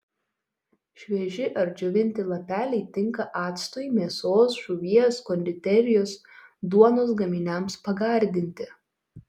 švieži ar džiovinti lapeliai tinka actui mėsos žuvies konditerijos duonos gaminiams pagardinti